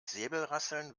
säbelrasseln